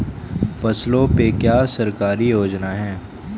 फसलों पे क्या सरकारी योजना है?